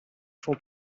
son